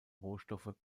rohstoffe